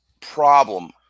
problem